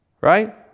right